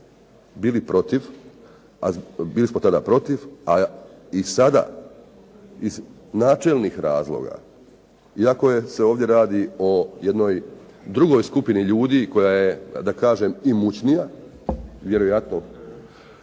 bili smo tada protiv, a i sada iz načelnih razloga iako se ovdje radi o jednoj drugoj skupini ljudi koja je, da kažem imućnija vjerojatno,